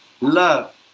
love